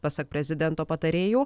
pasak prezidento patarėjų